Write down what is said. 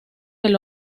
del